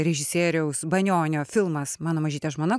režisieriaus banionio filmas mano mažytė žmona